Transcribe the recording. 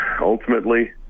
ultimately